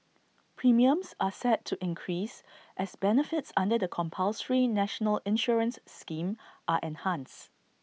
premiums are set to increase as benefits under the compulsory national insurance scheme are enhanced